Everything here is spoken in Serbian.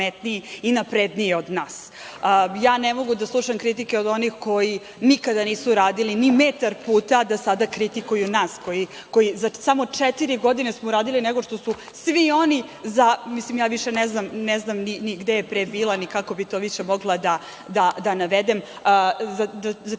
i napredniji od nas. Ja ne mogu da slušam kritike od onih koji nikada nisu radili ni metar puta, da sada kritikuju nas koji smo za samo četiri godine uradili više nego što su svi oni za 30 godina, mada ja više i ne znam gde je pre bila i kako bi to više mogla da navedem, oni